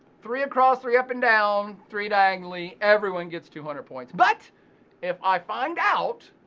three across, three up and down, three diagonally. everyone gets two hundred points, but if i find out,